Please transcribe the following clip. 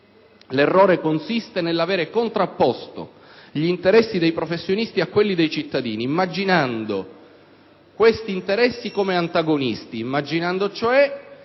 L'errore consiste nell'aver contrapposto gli interessi dei professionisti a quelli dei cittadini, immaginando questi interessi come antagonisti, immaginando cioè